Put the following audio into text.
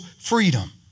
freedom